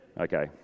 Okay